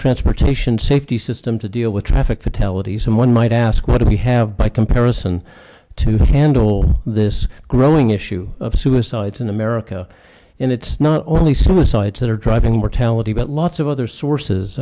transportation safety system to deal with traffic fatalities someone might ask what do we have by comparison to handle this growing issue of suicides in america and it's not only suicides that are driving mortality but lots of other sources